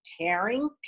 tearing